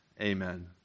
Amen